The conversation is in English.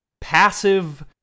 passive